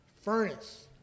furnace